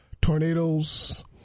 tornadoes